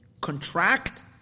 contract